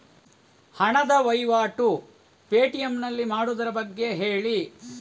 ಹಣದ ವಹಿವಾಟು ಪೇ.ಟಿ.ಎಂ ನಲ್ಲಿ ಮಾಡುವುದರ ಬಗ್ಗೆ ಹೇಳಿ